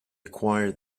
acquired